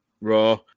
raw